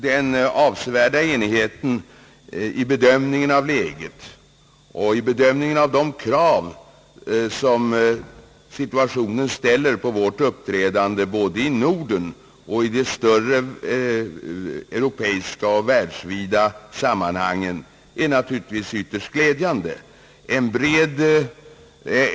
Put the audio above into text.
Den avsevärda enigheten i bedömningen av läget och i bedömningen av de krav som situationen ställer på vårt uppträdande både i Norden och i de större europeiska och världsvida sammanhangen är naturligtvis ytterst glädjande.